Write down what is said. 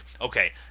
okay